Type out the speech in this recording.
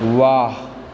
वाह